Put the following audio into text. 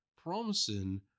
promising